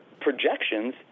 projections